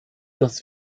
das